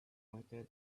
pointed